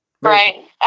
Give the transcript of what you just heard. Right